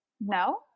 no